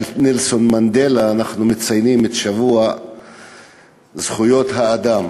נלסון מנדלה אנחנו מציינים את שבוע זכויות האדם.